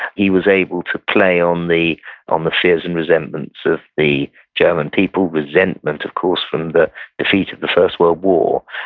he was able to play on the on the fears and resentments of the german people. resentment, of course, from the defeat of the first world war,